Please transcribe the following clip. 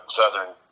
southern